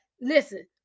listen